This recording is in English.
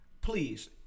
Please